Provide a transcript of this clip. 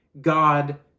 God